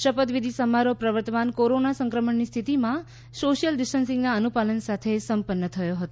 શપથ વિધિ સમારોહ પ્રવર્તમાન કોરોના સંક્રમણની સ્થિતિમાં સોશીયલ ડિસ્ટેન્સિંગના અનુપાલન સાથે સંપન્ન થયો હતો